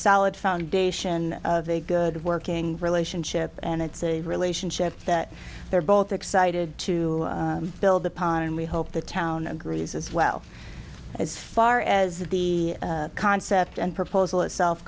solid foundation of a good working relationship and it's a relationship that they're both excited to build upon and we hope the town agrees as well as far as the concept and proposal itself